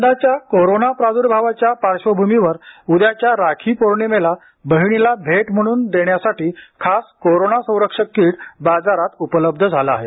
यंदाच्या कोरोना प्रादुर्भावाच्या पार्श्वभूमीवर उद्याच्या राखी पौर्णिमेला बहिणीला भेट म्हणून देण्यासाठी खास कोरोना संरक्षक किट बाजारात उपलब्ध झाले आहे